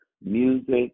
music